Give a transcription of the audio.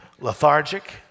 lethargic